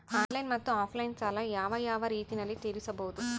Online ಮತ್ತೆ offline ಸಾಲ ಯಾವ ಯಾವ ರೇತಿನಲ್ಲಿ ತೇರಿಸಬಹುದು?